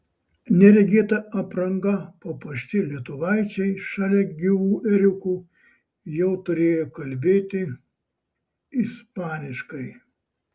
neregėta apranga papuošti lietuvaičiai šalia gyvų ėriukų jau turėjo kalbėti ispaniškai